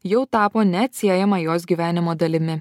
jau tapo neatsiejama jos gyvenimo dalimi